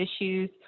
issues